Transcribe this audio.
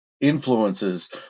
influences